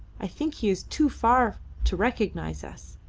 i think he is too far to recognise us.